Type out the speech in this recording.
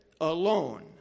alone